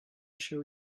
show